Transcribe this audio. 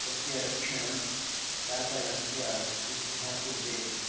तस्य रक्षणं व्याकरणस्य मुख्यः उद्देशः